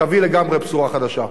תביא בשורה חדשה לגמרי.